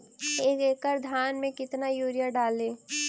एक एकड़ धान मे कतना यूरिया डाली?